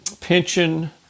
pension